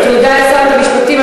תודה לשרת המשפטים.